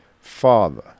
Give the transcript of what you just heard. father